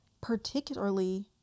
particularly